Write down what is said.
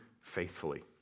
faithfully